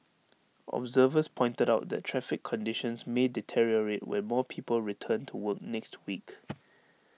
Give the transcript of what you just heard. observers pointed out that traffic conditions may deteriorate when more people return to work next week